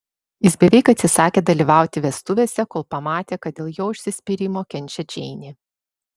jis beveik atsisakė dalyvauti vestuvėse kol pamatė kad dėl jo užsispyrimo kenčia džeinė